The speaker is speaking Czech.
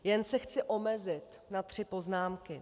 Jen se chci omezit na tři poznámky.